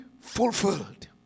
fulfilled